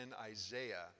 Isaiah